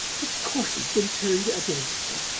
of course he's been turned against me.